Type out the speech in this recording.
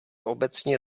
obecně